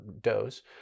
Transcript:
dose